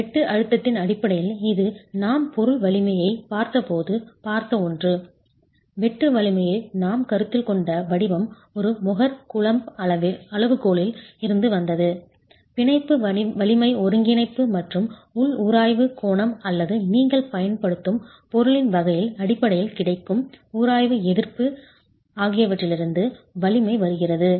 வெட்டு அழுத்தத்தின் அடிப்படையில் இது நாம் பொருள் வலிமையைப் பார்த்தபோது பார்த்த ஒன்று வெட்டு வலிமையை நாம் கருத்தில் கொண்ட வடிவம் ஒரு மொஹர் கூலம்ப் அளவுகோலில் இருந்து வந்தது பிணைப்பு வலிமை ஒருங்கிணைப்பு மற்றும் உள் உராய்வு கோணம் அல்லது நீங்கள் பயன்படுத்தும் பொருளின் வகையின் அடிப்படையில் கிடைக்கும் உராய்வு எதிர்ப்பு ஆகியவற்றிலிருந்து வலிமை வருகிறது